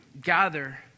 gather